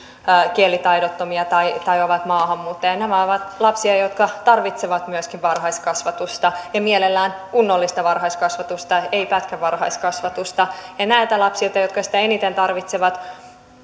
kielitaidottomia tai tai maahanmuuttajia nämä ovat lapsia jotka tarvitsevat myöskin varhaiskasvatusta ja mielellään kunnollista varhaiskasvatusta eivät pätkävarhaiskasvatusta ja näiltä lapsilta jotka sitä eniten tarvitsevat